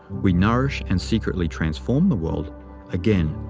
we nourish and secretly transform the world again,